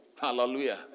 Hallelujah